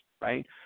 right